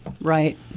Right